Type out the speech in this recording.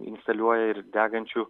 instaliuoja ir degančių